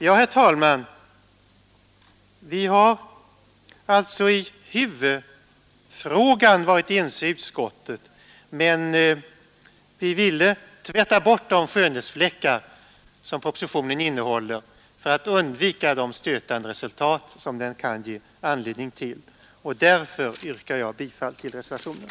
Ja, herr talman, vi har alltså varit ense i utskottet i huvudfrågan. Men för att undvika det stötande resultat som propositionen kan ge anledning till vill vi reservanter tvätta bort de skönhetsfläckar som propositionen innehåller. Därför yrkar jag bifall till reservationen.